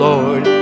Lord